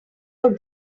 who